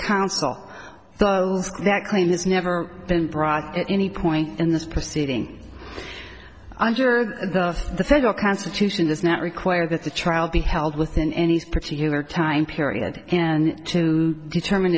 counsel that claim has never been brought in any point in this proceeding under the federal constitution does not require that the trial be held within any particular time period and to determine